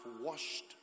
washed